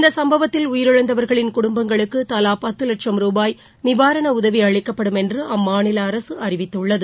இந்த சம்பவத்தில் உயிரிழந்தவர்களின் குடும்பங்களுக்கு தவா பத்து வட்சும் ரூபாய் நிவாரண உதவி அளிக்கப்படும் என்று அம்மாநில அரசு அறிவித்துள்ளது